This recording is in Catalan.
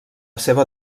seva